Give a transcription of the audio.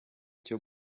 cyo